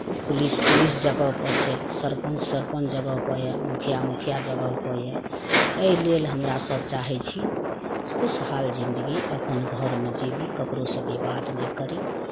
police police जगह पर छै सरपञ्च सरपञ्च जगह पर यै मुखिया मुखिया जगह पऽ यै एहि लेल हमरा सब चाहै छी खुशहाल जिन्दगी अपन घरमे जीबी ककरो सऽ विवाद नहि करी